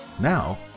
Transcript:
Now